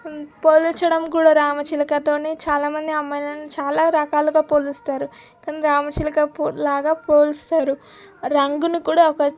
పోల్చడం కూడా రామచిలకతోనే చాలా మంది అమ్మాయిలను చాలా రకాలుగా పోలుస్తారు కానీ రామచిలక పో లాగా పోలుస్తారు రంగుని కూడా ఒక